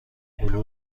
هلو